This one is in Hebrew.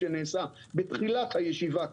שנעשה בתחילת הישיבה כאן.